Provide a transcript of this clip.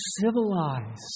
civilized